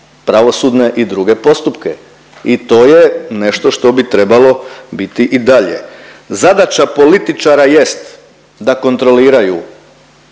pravosudne i druge postupke. I to je nešto što bi trebalo biti i dalje. Zadaća političara jest da kontroliraju